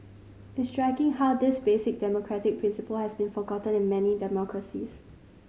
it's striking how this basic democratic principle has been forgotten in many democracies